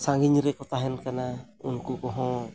ᱥᱟᱺᱜᱤᱧ ᱨᱮᱠᱚ ᱛᱟᱦᱮᱱ ᱠᱟᱱᱟ ᱩᱱᱠᱩ ᱠᱚᱦᱚᱸ